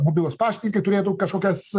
mobilūs paštininkai turėtų kažkokias